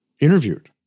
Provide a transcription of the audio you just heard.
interviewed